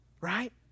right